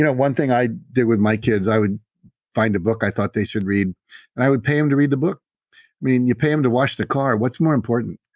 and one thing i did with my kids, i would find a book i thought they should read and i would pay them to read the book. i mean, you pay them to wash the car. what's more important?